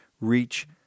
reach